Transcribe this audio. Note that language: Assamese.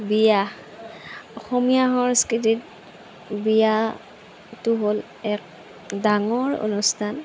বিয়া অসমীয়া সংস্কৃতিত বিয়াটো হ'ল এক ডাঙৰ অনুষ্ঠান